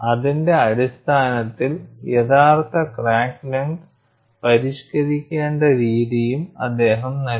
അതിന്റെ അടിസ്ഥാനത്തിൽ യഥാർത്ഥ ക്രാക്ക് ലെങ്ത് പരിഷ്ക്കരിക്കേണ്ട രീതിയും അദ്ദേഹം നൽകി